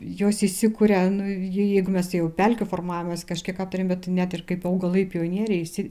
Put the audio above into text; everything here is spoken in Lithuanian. jos įsikuria nu jeigu mes jau pelkių formavimas kažkiek aptarėm bet net ir kaip augalai pionieriai visi